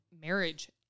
marriage